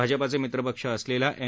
भाजपाचे मित्रपक्ष असलेल्या एन